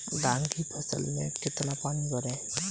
धान की फसल में कितना पानी भरें?